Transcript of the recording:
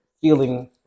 feeling